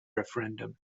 referendum